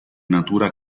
natura